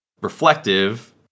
reflective